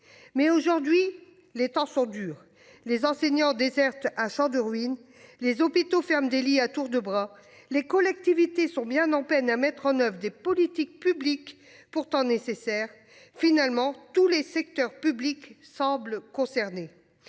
Mais aujourd'hui, les temps sont durs, les enseignants désertent un Champ de ruines. Les hôpitaux ferme des lits à tour de bras les collectivités sont bien en peine à mettre en oeuvre des politiques publiques pourtant nécessaire finalement tous les secteurs public semblent concerner